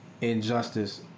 injustice